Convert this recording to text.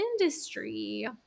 industry